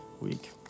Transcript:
week